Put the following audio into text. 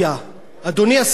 אדוני השר איתן,